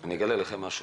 אני אגלה לכם משהו.